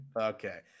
Okay